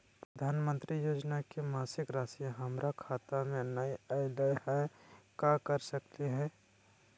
प्रधानमंत्री योजना के मासिक रासि हमरा खाता में नई आइलई हई, का कर सकली हई?